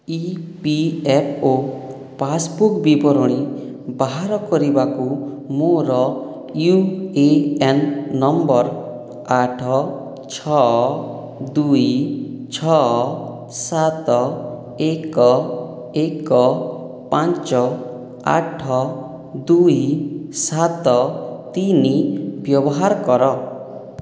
ଇ P F O passbook ବିବରଣୀ ବାହାର କରିବାକୁ ମୋର ୟୁ ଏ ଏନ୍ ନମ୍ବର ଆଠ ଛଅ ଦୁଇ ଛଅ ସାତ ଏକ ଏକ ପାଞ୍ଚ ଆଠ ଦୁଇ ସାତ ତିନି ବ୍ୟବହାର କର